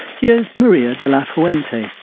here's maria de la fuente,